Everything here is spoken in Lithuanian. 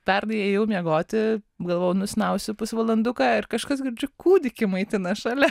pernai ėjau miegoti galvojau nusnausiu pusvalanduką ir kažkas girdžiu kūdikį maitina šalia